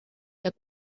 took